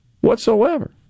whatsoever